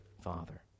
father